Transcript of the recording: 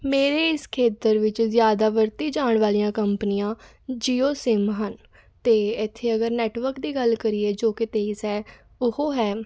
ਮੇਰੇ ਇਸ ਖੇਤਰ ਵਿੱਚ ਜ਼ਿਆਦਾ ਵਰਤੇ ਜਾਣ ਵਾਲੀਆਂ ਕੰਪਨੀਆਂ ਜੀਓ ਸਿੰਮ ਹਨ ਅਤੇ ਇੱਥੇ ਅਗਰ ਨੈੱਟਵਰਕ ਦੀ ਗੱਲ ਕਰੀਏ ਜੋ ਕਿ ਤੇਜ਼ ਹੈ ਉਹ ਹੈ